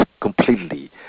completely